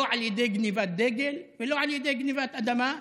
לא על ידי גנבת דגל ולא על ידי גנבת אדמה.